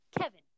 Kevin